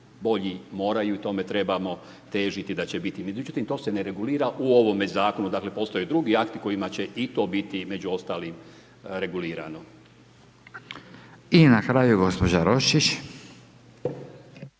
bolji moraju i tome trebamo težiti da će biti. Međutim, to se ne regulira u ovome Zakonu. Dakle, postoje drugi akti kojima će i to biti među ostalim regulirano. **Radin, Furio